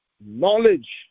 Knowledge